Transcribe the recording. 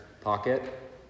pocket